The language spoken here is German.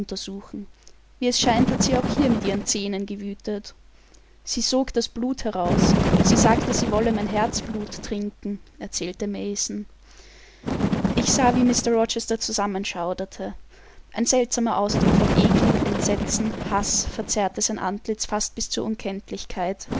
untersuchen wie es scheint hat sie auch hier mit ihren zähnen gewütet sie sog das blut heraus sie sagte sie wolle mein herzblut trinken erzählte mason ich sah wie mr rochester zusammenschauderte ein seltsamer ausdruck von ekel entsetzen haß verzerrte sein antlitz fast bis zur unkenntlichkeit